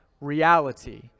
reality